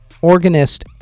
Organist